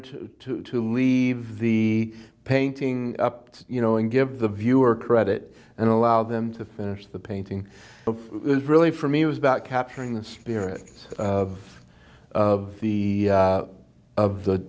d to to leave the painting up to you know and give the viewer credit and allow them to finish the painting but it was really for me it was about capturing the spirit of the of the